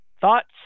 thoughts